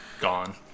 gone